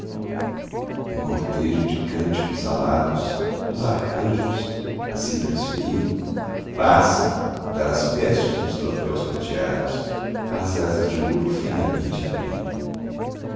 num cortejo de cânticos alados os arcanjos as cítaras ferindo passam das vestes nos troféus prateados as asas de ouro finamente abrindo